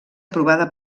aprovada